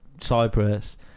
Cyprus